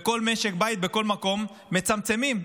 בכל משק בית, בכל מקום, מצמצמים.